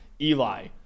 eli